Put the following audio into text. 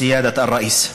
אדוני היושב-ראש.)